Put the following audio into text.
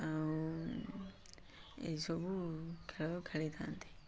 ଆଉ ଏହିସବୁ ଖେଳ ଖେଳିଥାନ୍ତି